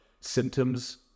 symptoms